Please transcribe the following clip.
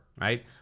right